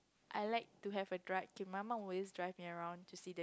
I like to have a drive okay my mom always drive me around to see the